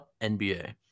NBA